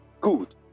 good